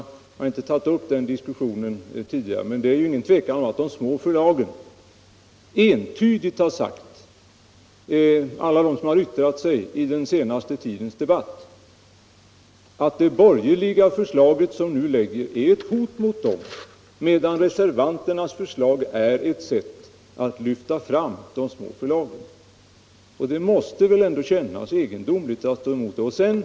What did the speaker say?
Jag har inte tagit upp den diskussionen tidigare med herr Ahlmark, men det är inget tvivel om att de små förlagen och alla därifrån som har yttrat sig i den senaste tidens debatt är eniga om att det borgerliga förslag som nu lagts fram utgör ett hot mot dem, medan reservanternas förslag är ett sätt att lyfta fram de små förlagen. Det måste väl ändå kännas egendomligt att gå emot ett sådant förslag.